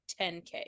10k